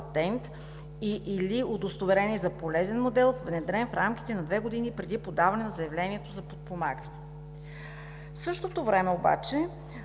патент и/или удостоверение за полезен модел, внедрен в рамките на две години преди подаване на заявлението за подпомагане. В същото време обаче